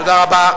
תודה רבה.